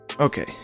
Okay